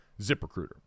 ZipRecruiter